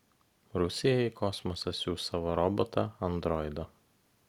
rusija į kosmosą siųs savo robotą androidą